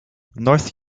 north